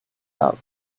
out